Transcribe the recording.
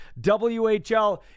WHL